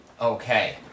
Okay